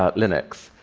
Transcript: ah linux,